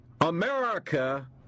America